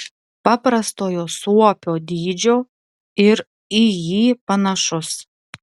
paprastojo suopio dydžio ir į jį panašus